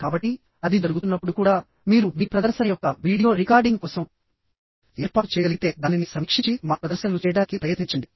కాబట్టి అది జరుగుతున్నప్పుడు కూడా మీరు మీ ప్రదర్శన యొక్క వీడియో రికార్డింగ్ కోసం ఏర్పాటు చేయగలిగితే దానిని సమీక్షించి మాక్ ప్రదర్శనలు చేయడానికి ప్రయత్నించండి